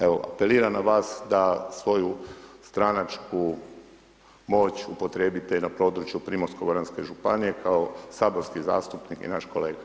Evo, apeliram na vas da svoju stranačku moć upotrijebite i na području primorsko goranske županije kao saborski zastupnik i naš kolega.